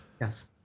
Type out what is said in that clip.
Yes